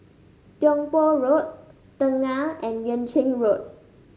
Tiong Poh Road Tengah and Yuan Ching Road